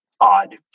odd